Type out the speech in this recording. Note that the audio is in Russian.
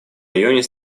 районе